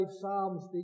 psalms